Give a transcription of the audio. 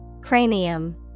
Cranium